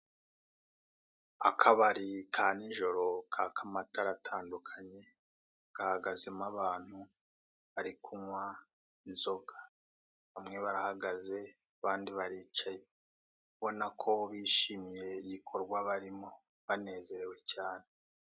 Akabari ka n'ijoro kaka amatara atandukanye gahagazemo abantu bari kunywa inzoga, bamwe barahageze abandi baricaye ubona ko bishimiye igikorwa barimo banezerewe cyane.